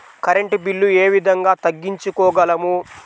Current bill ఏ విధంగా తగ్గించుకోగలము?